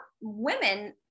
women